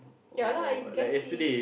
ya lah it's gassy